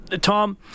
Tom